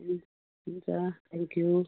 ए हुन्छ थ्याङ्कयू